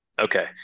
Okay